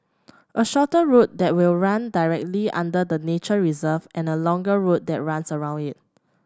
a shorter route that will run directly under the nature reserve and a longer route that runs around it